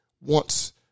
wants